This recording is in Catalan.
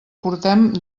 portem